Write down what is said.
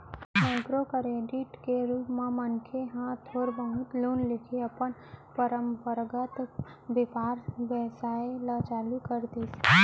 micro credit के रुप म मनखे ह थोर बहुत लोन लेके अपन पंरपरागत बेपार बेवसाय ल चालू कर दिस